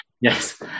Yes